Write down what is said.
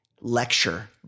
lecture